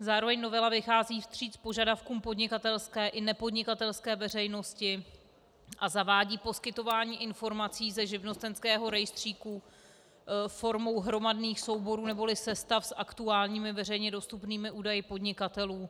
Zároveň novela vychází vstříc požadavkům podnikatelské i nepodnikatelské veřejnosti a zavádí poskytování informací ze živnostenského rejstříku formou hromadných souborů neboli sestav s aktuálními veřejně dostupnými údaji podnikatelů.